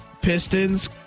Pistons